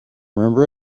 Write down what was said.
remember